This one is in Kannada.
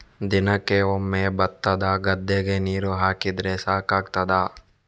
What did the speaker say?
ದಿನಕ್ಕೆ ಒಮ್ಮೆ ಭತ್ತದ ಗದ್ದೆಗೆ ನೀರು ಹಾಕಿದ್ರೆ ಸಾಕಾಗ್ತದ?